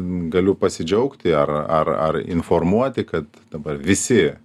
galiu pasidžiaugti ar ar ar informuoti kad dabar visi